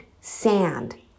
sand